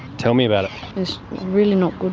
tell me about it. it's really not good.